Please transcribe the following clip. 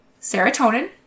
serotonin